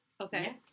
Okay